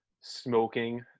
smoking